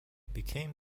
became